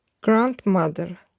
Grandmother